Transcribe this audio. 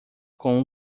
com